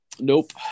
Nope